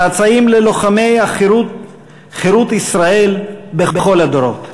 צאצאים ללוחמי חירות ישראל בכל הדורות.